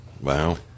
Wow